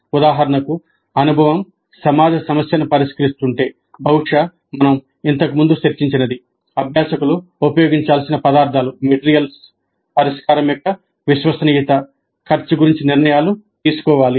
ఉదాహరణకు అనుభవం సమాజ సమస్యను పరిష్కరిస్తుంటే పరిష్కారం యొక్క విశ్వసనీయత ఖర్చు గురించి నిర్ణయాలు తీసుకోవాలి